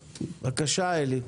בבקשה, אלי.